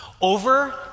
Over